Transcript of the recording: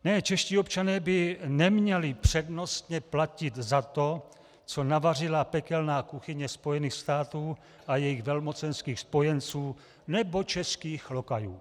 Ne, čeští občané by neměli přednostně platit za to, co navařila pekelná kuchyně Spojených států a jejich velmocenských spojenců nebo českých lokajů.